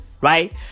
right